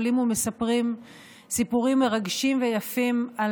עולים ומספרים סיפורים מרגשים ויפים על